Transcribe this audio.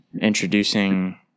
introducing